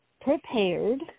prepared